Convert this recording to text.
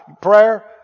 prayer